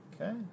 Okay